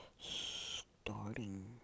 starting